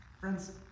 Friends